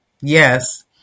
Yes